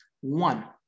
One